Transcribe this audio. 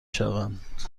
شوند